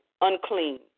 unclean